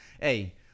Hey